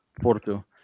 Porto